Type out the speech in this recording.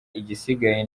igisigaye